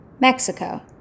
Mexico